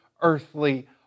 earthly